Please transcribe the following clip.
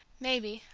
maybe,